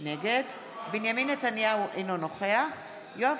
בנימין נתניהו, אינו נוכח יואב